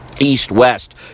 east-west